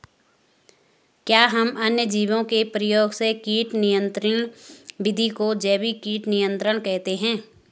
क्या हम अन्य जीवों के प्रयोग से कीट नियंत्रिण विधि को जैविक कीट नियंत्रण कहते हैं?